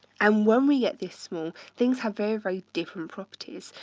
and when we get this small, things have very, very different properties.